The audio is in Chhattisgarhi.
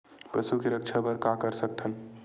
पशु के रक्षा बर का कर सकत हन?